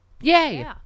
Yay